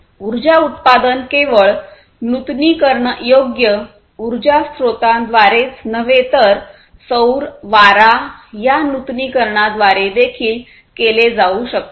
उर्जा उत्पादन केवळ नूतनीकरणयोग्य उर्जा स्त्रोतांद्वारेच नव्हे तर सौर वारा या नूतनीकरणाद्वारे देखील केले जाऊ शकते